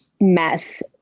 mess